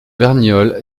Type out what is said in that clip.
verniolle